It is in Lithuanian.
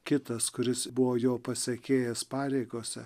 kitas kuris buvo jo pasekėjas pareigose